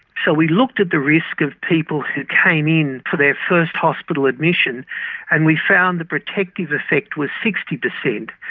so we looked at the risk of people who came in for their first hospital admission and we found the protective effect was sixty percent.